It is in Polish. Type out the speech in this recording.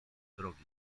drogi